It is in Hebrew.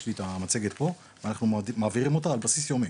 יש לי את המצגת פה ואנחנו מעבירים אותה על בסיס יומי,